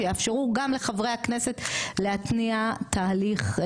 שיאפשרו גם לחברי הכנסת להתניע תהליך.